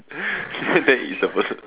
she said that is the person